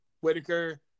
Whitaker